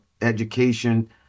education